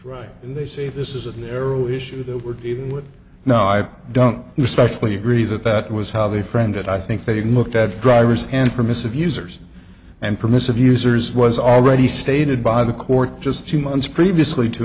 right when they say this is a narrow issue that we're dealing with now i don't expect we agree that that was how they friend that i think they looked at drivers and permissive users and permissive users was already stated by the court just two months previously to